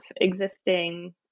existing